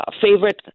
favorite